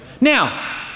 Now